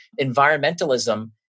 environmentalism